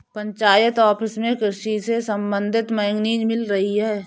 panchayat office में कृषि से संबंधित मैगजीन मिल रही है